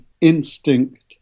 instinct